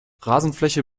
rasenfläche